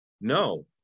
No